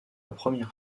première